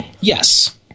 Yes